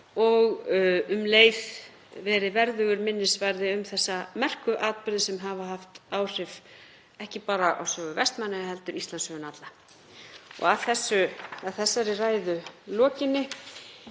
og um leið verið verðugur minnisvarði um þessa merku atburði sem hafa haft áhrif, ekki bara á sögu Vestmannaeyja heldur Íslandssöguna alla. Að þessari ræðu lokinni